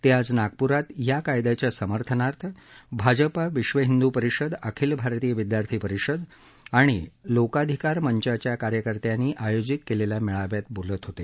ते आज नागप्रात या कायदयाच्या समर्थनार्थ भाजपा विश्व हिंदू परिषद अखिल भारतीय विद्यार्थी परिषद आणि लोकाधिकार मंचाच्या कार्यकर्त्यांनी आयोजित केलेल्या मेळाव्यात बोलत होते